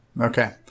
okay